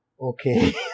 Okay